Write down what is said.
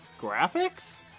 graphics